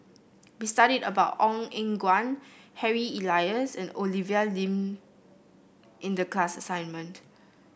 we studied about Ong Eng Guan Harry Elias and Olivia Lum in the class assignment